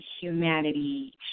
humanity